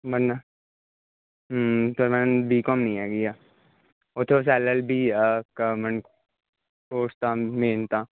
ਮਨਾ ਸਰਵਾਨੰਦ ਬੀਕੌਮ ਹੈ ਨਹੀਂ ਹੈਗੀ ਆ ਉੱਥੇ ਬਸ ਐਲ ਐਲ ਬੀ ਆ ਗਵਰਮੈਂਟ ਪੋਸਟਾਂ ਮੇਨ ਤਾਂ